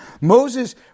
Moses